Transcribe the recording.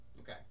okay